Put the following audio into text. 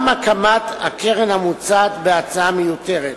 גם הקמת הקרן המוצעת בהצעה מיותרת.